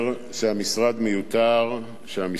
שהמשרד הוא איזה סוג של יצור כלאיים,